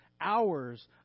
hours